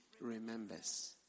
remembers